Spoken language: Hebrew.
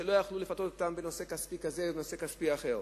שלא יכולים היו לפתות אותם בנושא כספי כזה או בנושא כספי אחר.